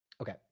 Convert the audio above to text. Okay